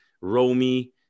Romy